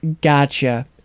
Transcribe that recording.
Gotcha